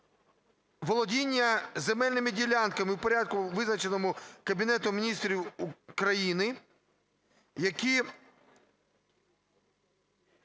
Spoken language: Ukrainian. володіння земельними ділянками в порядку, визначеному Кабінетом Міністрів України, які